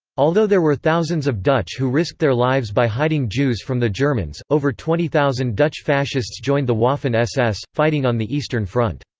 although there were thousands of dutch who risked their lives by hiding jews from the germans, over twenty thousand dutch fascists joined the waffen ss, fighting on the eastern front.